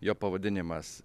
jo pavadinimas